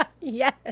Yes